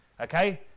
okay